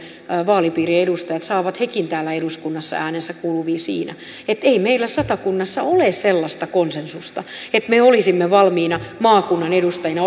vaalipiirien edustajat saavat hekin täällä eduskunnassa äänensä kuuluviin siinä ei meillä satakunnassa ole sellaista konsensusta että me olisimme valmiina maakunnan edustajina